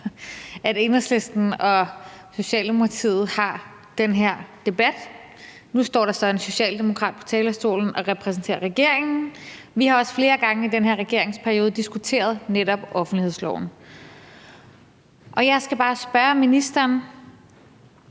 at Enhedslisten og Socialdemokratiet har den her debat. Nu står der så en socialdemokrat på talerstolen og repræsenterer regeringen, og vi har også flere gange i den her regeringsperiode diskuteret netop offentlighedsloven. Jeg skal bare spørge ministeren,